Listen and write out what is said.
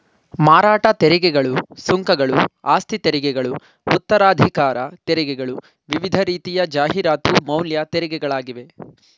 ಮಾರಾಟ ತೆರಿಗೆಗಳು, ಸುಂಕಗಳು, ಆಸ್ತಿತೆರಿಗೆಗಳು ಉತ್ತರಾಧಿಕಾರ ತೆರಿಗೆಗಳು ವಿವಿಧ ರೀತಿಯ ಜಾಹೀರಾತು ಮೌಲ್ಯ ತೆರಿಗೆಗಳಾಗಿವೆ